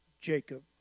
Jacob